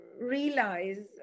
realize